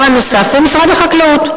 הדבר הנוסף הוא משרד החקלאות.